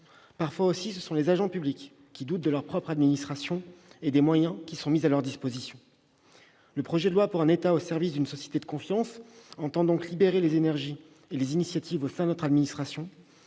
Parfois aussi ce sont les agents publics qui doutent de leur propre administration et des moyens qui sont mis à leur disposition. Le projet de loi pour un État au service d'une société de confiance entend donc libérer les énergies et les initiatives au sein de notre administration.